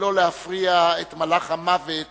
שלא להפריע את מלאך המוות